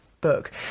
Book